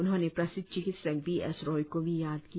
उन्होंने प्रसिद्ध चिकित्सक बी एस रॉय को भी याद किया